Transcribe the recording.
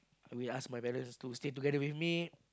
maybe ask my parents to stay together with me